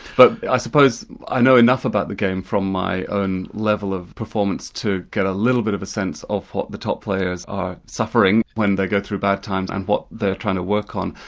but i suppose i know enough about the game from my own level of performance to get a little bit of a sense of what the top players are suffering when they go through bad times and what they're trying to work on,